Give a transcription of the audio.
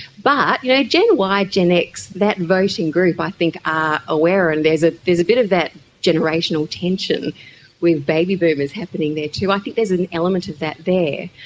but you know gen y, gen x, that voting group i think are aware, and there's ah there's a bit of that generational tension with baby boomers happening there too. i think there's an element of that there.